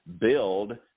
build